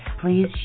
please